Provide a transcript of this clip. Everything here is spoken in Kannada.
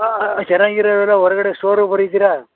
ಹಾಂ ಚೆನ್ನಾಗಿರೋವೆಲ್ಲ ಹೊರಗಡೆ ಸ್ಟೋರುಗೆ ಬರೀತೀರಾ